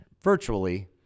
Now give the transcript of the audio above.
virtually